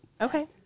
Okay